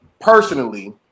personally